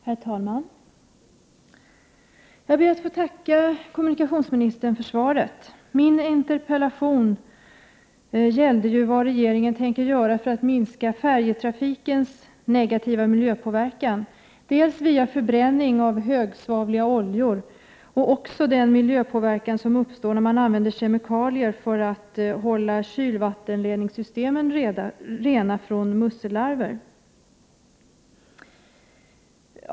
Herr talman! Jag ber att få tacka kommunikationsministern för svaret. Min interpellation gällde ju vad regeringen tänker göra för att minska färjetrafikens negativa miljöpåverkan via förbränning av högsvavliga oljor och den miljöpåverkan som uppstår när man använder kemikalier för att hålla kylvattenledningssystemen rena från mussellarver.